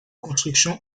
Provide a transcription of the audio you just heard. construction